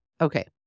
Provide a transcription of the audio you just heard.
Okay